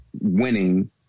winning